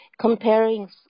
comparing